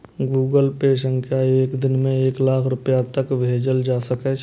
Google Pay सं एक दिन मे एक लाख रुपैया तक भेजल जा सकै छै